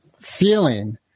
feeling